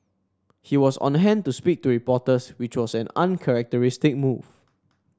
he was on hand to speak to reporters which was an uncharacteristic move